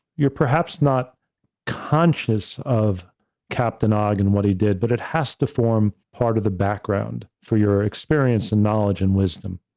you're perhaps not conscious of captain ogg and what he did, but it has to form part of the background for your experience and knowledge and wisdom.